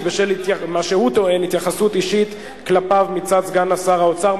בשל מה שהוא טוען התייחסות אישית כלפיו מצד סגן שר האוצר.